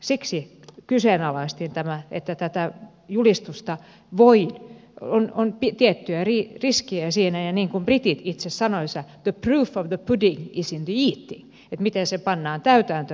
siksi kyseenalaistin tämän koska tässä julistuksessa on tiettyä riskiä ja niin kuin britit itse sanovat the proof of the pudding is in the eating eli kyse on siitä miten se pannaan täytäntöön